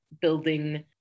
building